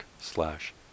slash